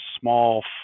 small